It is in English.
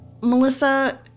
Melissa